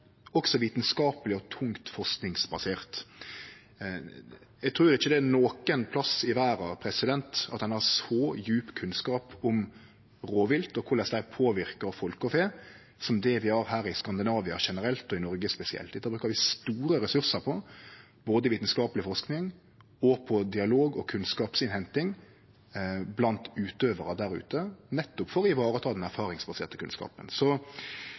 også gjennom mange år fått veldig god kunnskap om korleis rovviltet påverkar både tamreinnæringa og andre beitenæringar. Kunnskapen er dels erfaringsbasert og basert på god dialog med næringane, og han er basert på vitskapeleg tung forsking. Eg trur ikkje det er nokon plass i verda ein har så djup kunnskap om rovvilt og korleis det påverkar folk og fe, som det vi har her i Skandinavia generelt og i Noreg spesielt. Dette brukar vi store ressursar på – både på